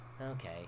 Okay